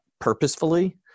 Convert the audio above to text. purposefully